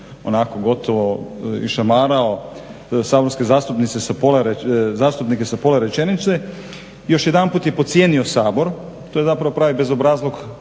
onako gotovo išamarao saborske zastupnike sa pola rečenice, još jedanput je podcijenio Sabor. To je zapravo pravi bezobrazluk